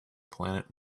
planet